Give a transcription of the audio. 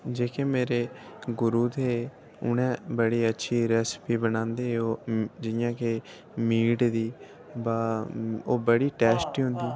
जेह्के मेरे गुरु हे उ'नें बड़ी अच्छी रैसिपी बनांदे हे ओह् जि'यां कि मीट दी बो ओह् बड़ी टेस्टी होंदी